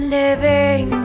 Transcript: living